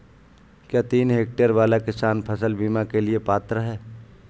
क्या तीन हेक्टेयर वाला किसान फसल बीमा के लिए पात्र हैं?